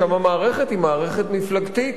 שם המערכת היא מערכת מפלגתית,